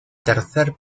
tercer